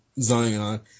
zion